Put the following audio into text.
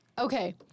Okay